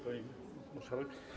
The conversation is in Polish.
Pani Marszałek!